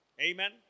Amen